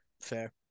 Fair